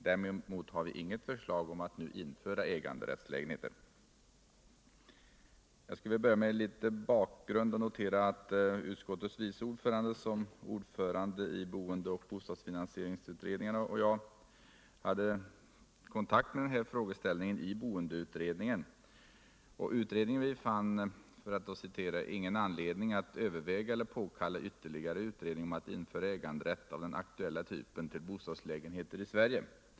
Däremot har vi inget förslag om att nu införa äganderättslägenheter. Låt mig också notera att både jag och Per Bergman hade kontakt med den här frågeställningen i boendceutredningen. Utredningen fann ”ingen anledning att överväga eller påkalla ytterligare utredning om att införa äganderätt av den aktuella typen till bostadslägenheter i Sverige”.